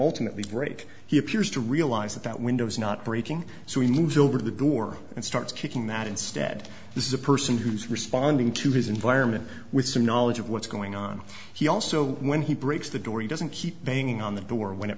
ultimately break he appears to realize that that window is not breaking so he moves over to the door and starts kicking that instead this is a person who's responding to his environment with some knowledge of what's going on he also when he breaks the door he doesn't keep banging on the door when it